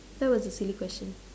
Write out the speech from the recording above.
that was a silly question